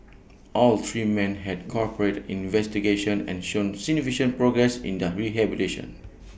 all three men had cooperated investigations and shown signification progress in their rehabilitation